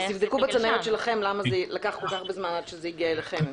אז תבדקו בצנרת שלכם למה זה לקח כל כך הרבה זמן עד שזה הגיע אליכם.